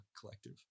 collective